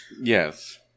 Yes